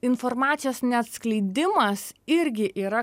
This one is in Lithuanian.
informacijos neatskleidimas irgi yra